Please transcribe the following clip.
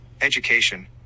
education